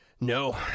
No